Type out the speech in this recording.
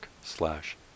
slash